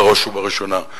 בראש ובראשונה,